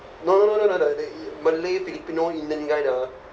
no no no no no the i~ malay filipino indian guy the